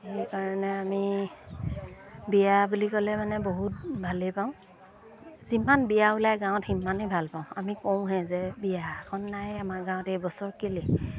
সেইকাৰণে আমি বিয়া বুলি ক'লে মানে বহুত ভালেই পাওঁ যিমান বিয়া ওলাই গাঁৱত সিমানেই ভাল পাওঁ আমি কওঁহে যে বিয়া এখন নাই আমাৰ গাঁৱত এইবছৰ কেলে